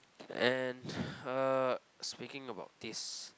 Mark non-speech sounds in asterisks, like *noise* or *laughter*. and *noise* uh speaking about this